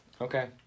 Okay